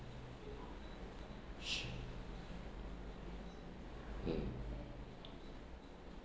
mm